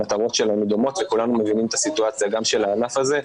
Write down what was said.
המטרות שלנו דומות וכולנו מבינים את הסיטואציה גם של הענף הזה,